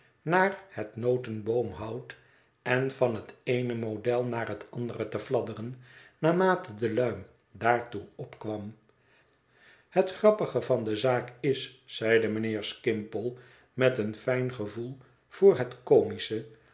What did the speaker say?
naar het noteboomhout en van het eene model naar het andere te fladderen naarmate de luim daartoe opkwam het grappige van de zaak is zeide mijnheer skimpole met een fijn gevoel voor het comische